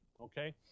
okay